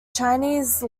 chinese